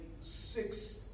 six